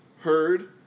heard